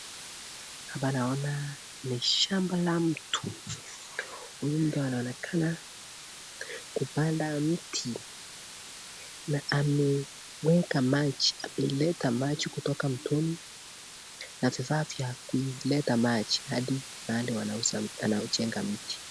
Hapa naona ni shamba la mtu, huyu mtu anaonekana kupanda mti na ameleta maji kutoka mtoni na vifaa vya kuleta maji hadi mahali wanajenga mti.